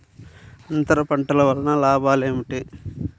అంతర పంటల వలన లాభాలు ఏమిటి?